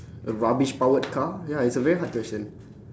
a rubbish powered car ya it's a very hard question